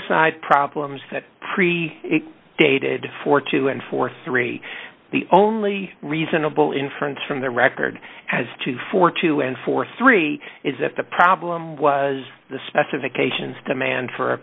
aside problems that pre dated for two and forty three the only reasonable inference from the record as two for two and for three is if the problem was the specifications demand for a